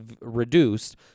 reduced